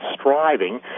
striving